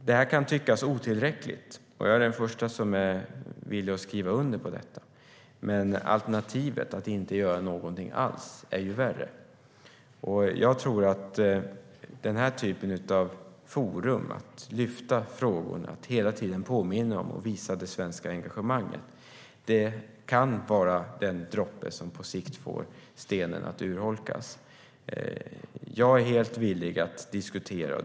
Den här kan tyckas otillräckligt, och jag är den första som är villig att skriva under på detta. Men alternativet att inte göra någonting alls är ju värre. Att lyfta frågorna i den här typen av forum och hela tiden visa det svenska engagemanget kan vara den droppe som på sikt får stenen att urholkas. Jag är helt villig att diskutera frågan.